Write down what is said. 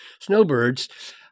snowbirds